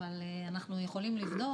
אבל אנחנו יכולים לבדוק.